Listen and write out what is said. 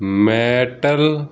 metal